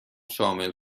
شامل